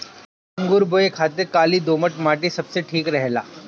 अंगूर बोए खातिर काली दोमट माटी सबसे ठीक रहेला